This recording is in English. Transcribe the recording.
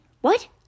What